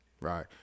Right